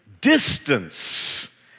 distance